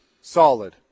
Solid